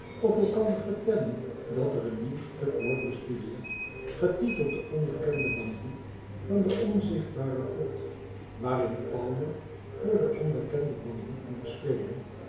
of elkander vertellen dat er een nieuw stuk wordt bestudeerd getiteld de onbekende bandiet van de onzichtbare grot waarin palmer voor den onbekenden bandiet moet spelen